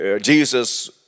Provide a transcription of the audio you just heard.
Jesus